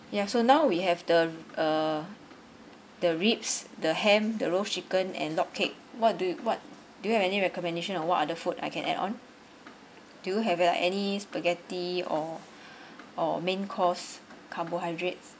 ya so now we have the uh the ribs the ham the roast chicken and log cake what do what do you have any recommendation or what other food I can add on do you have a any spaghetti or or main course carbohydrates